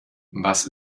was